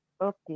Okay